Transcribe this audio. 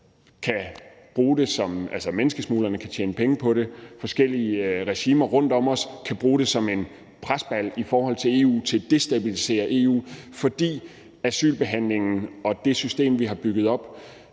menneskesmuglerne kan tjene penge på det, og at forskellige regimer rundt om os kan bruge det som en presbold over for EU til at destabilisere EU, fordi asylbehandlingen og det system, vi har bygget op